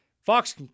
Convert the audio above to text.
Fox